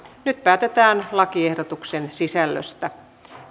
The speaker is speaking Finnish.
nyt päätetään lakiehdotuksen sisällöstä